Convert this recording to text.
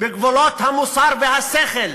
בגבולות המוסר והשכל.